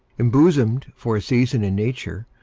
embosomed for a season in nature,